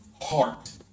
heart